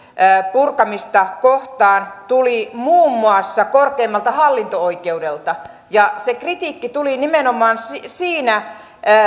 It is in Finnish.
purkamista kohtaan tuli muun muassa korkeimmalta hallinto oikeudelta se kritiikki tuli nimenomaan siinä